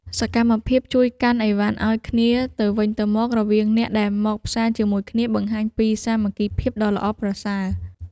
សកម្មភាពជួយកាន់ឥវ៉ាន់ឱ្យគ្នាទៅវិញទៅមករវាងអ្នកដែលមកផ្សារជាមួយគ្នាបង្ហាញពីសាមគ្គីភាពដ៏ល្អប្រសើរ។